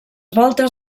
voltes